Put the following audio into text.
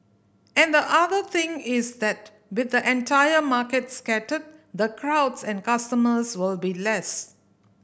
and the other thing is that with the entire market scattered the crowds and customers will be less